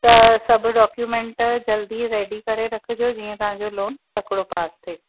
त सभु डॉक्यूमेंट जल्दी रेडी करे रखिजो जीअं तव्हांजो लोन तकिड़ो पास थिए